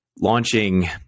launching